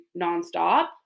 nonstop